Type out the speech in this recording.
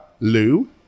Lou